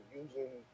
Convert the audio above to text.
using